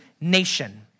nation